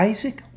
Isaac